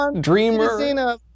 dreamer